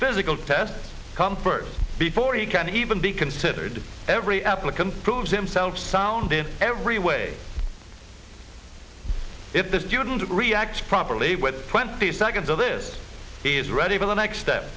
physical tests come first before you can even be considered every applicant proves himself sounded every way if the student reacts properly with twenty seconds to live he is ready for the next